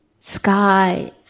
sky